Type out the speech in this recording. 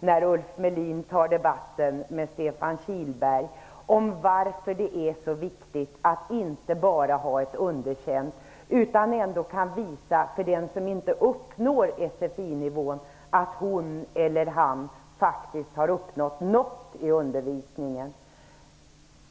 när Ulf Melin tar debatt med Stefan Kihlberg om varför det är så viktigt att inte bara ha betyget underkänt utan kunna visa för den som inte uppnår SFI-nivån att hon eller han faktiskt har uppnåt något i undervisningen.